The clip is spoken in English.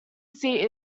seat